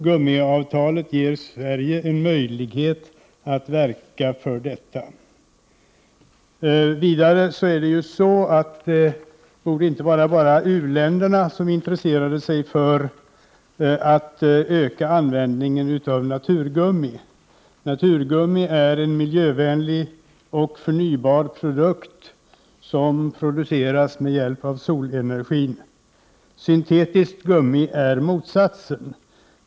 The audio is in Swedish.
Gummiavtalet ger Sverige en möjlighet att verka för detta. Vidare borde det inte bara vara u-länderna som intresserade sig för att öka användningen av naturgummi. Naturgummi är en miljövänlig och förnybar produkt, som framställs med hjälp av solenergin. Syntetiskt gummi är motsatsen.